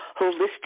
Holistic